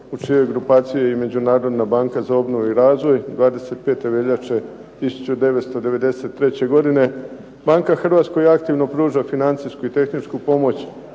u čijoj grupaciji je i Međunarodna banka za obnovu i razvoj 25. veljače 1993. godine banka Hrvatskoj aktivno pruža financijsku i tehničku pomoć,